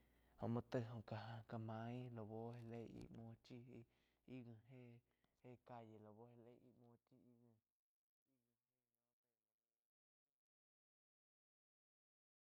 Jóh muo taig óh káh main lau já leig yiu paig.